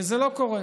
זה לא קורה.